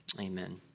Amen